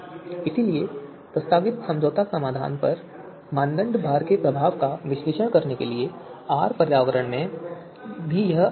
इसलिए प्रस्तावित समझौता समाधान पर मानदंड भार के प्रभाव का विश्लेषण करने के लिए आर पर्यावरण में भी यह आसान है